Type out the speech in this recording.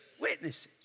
witnesses